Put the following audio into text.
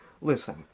listen